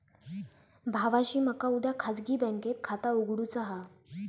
भावाशी मका उद्या खाजगी बँकेत खाता उघडुचा हा